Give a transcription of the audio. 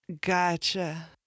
Gotcha